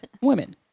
women